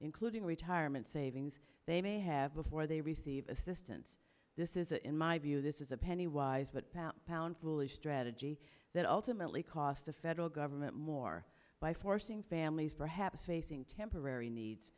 including retirement savings they may have before they receive assistance this is in my view this is a penny wise but pound pound foolish strategy that ultimately cost the federal government more by forcing families perhaps facing temporary needs